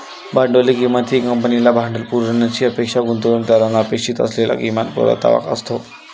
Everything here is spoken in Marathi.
भांडवलाची किंमत ही कंपनीला भांडवल पुरवण्याची अपेक्षा गुंतवणूकदारांना अपेक्षित असलेला किमान परतावा असतो